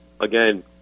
again